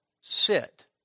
sit